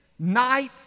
Night